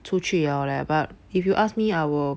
出去了 leh but if you ask me I will